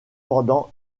pendant